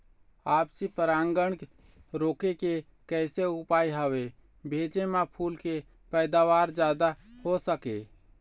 आपसी परागण रोके के कैसे उपाय हवे भेजे मा फूल के पैदावार जादा हों सके?